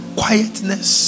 quietness